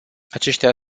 aceștia